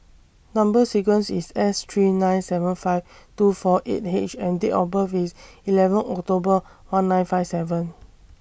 Number sequence IS S three nine seven five two four eight H and Date of birth IS eleven October one nine five seven